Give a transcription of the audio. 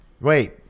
Wait